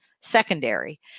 secondary